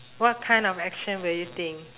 what kind of action will you think